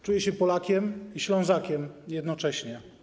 Czuję się Polakiem i Ślązakiem jednocześnie.